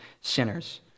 sinners